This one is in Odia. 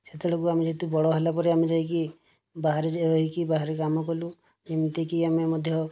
ସେତେବେଳକୁ ଆମେ ଯେହେତୁ ବଡ଼ ହେଲା ପରେ ଆମେ ଯାଇକି ବାହାରେ ରହିକି ବାହାରେ କାମ କଲୁ ଏମିତିକି ଆମେ ମଧ୍ୟ